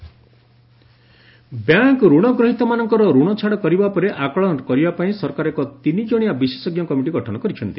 bank ବରୋ bank ଋଣ ଗ୍ରହୀତାମାନଙ୍କର ଋଣ ଛାଡ଼ କରିବା ଉପରେ ଆକଳନ କରିବା ପାଇଁ ସରକାର ଏକ ତିନିଜଣିଆ ବିଶେଷଜ୍ଞ କମିଟି ଗଠନ କରିଛନ୍ତି